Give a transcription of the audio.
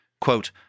quote